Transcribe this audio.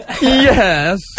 Yes